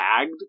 tagged